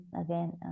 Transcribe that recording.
again